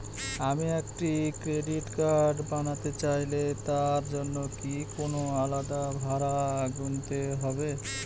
আমি একটি credit card বানাতে চাইলে তার জন্য কি কোনো আলাদা ভাড়া গুনতে হবে?